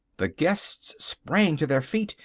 the guests sprang to their feet,